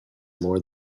more